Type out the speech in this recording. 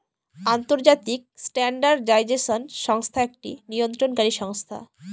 আন্তর্জাতিক স্ট্যান্ডার্ডাইজেশন সংস্থা একটি নিয়ন্ত্রণকারী সংস্থা